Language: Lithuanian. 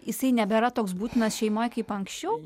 jisai nebėra toks būtinas šeimoj kaip anksčiau